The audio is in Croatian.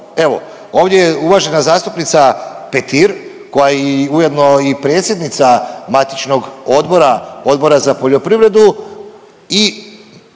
Evo, ovdje je uvažena zastupnica Petir koja je ujedno i predsjednica matičnog odbora, Odbora za poljoprivredu